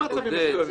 לא במצבים מסוימים,